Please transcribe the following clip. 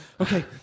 okay